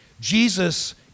Jesus